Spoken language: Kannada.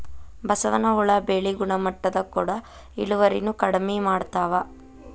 ಬಸವನ ಹುಳಾ ಬೆಳಿ ಗುಣಮಟ್ಟದ ಕೂಡ ಇಳುವರಿನು ಕಡಮಿ ಮಾಡತಾವ